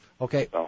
Okay